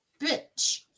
bitch